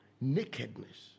nakedness